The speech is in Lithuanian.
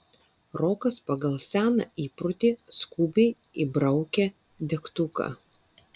rokas pagal seną įprotį skubiai įbraukė degtuką